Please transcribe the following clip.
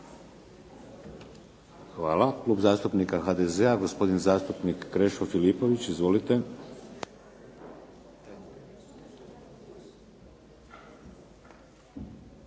Hvala. Klub zastupnika HDZ-a gospodin zastupnik Krešo Filipović, izvolite.